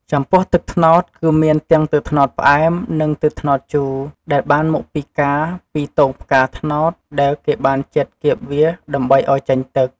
ចំពោះទឹកត្នោត គឺមានទាំង ទឹកត្នោតផ្អែម និងទឹកត្នោតជូរ ដែលបានមកពីការពីទងផ្កាត្នោតដែលគេបានចិតគៀបវាដើម្បីឱ្យចេញទឹក។